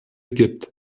gibt